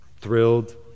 thrilled